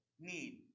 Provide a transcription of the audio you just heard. need